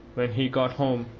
he got home,